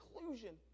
inclusion